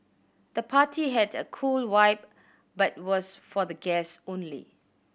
the party had a cool vibe but was for the guess only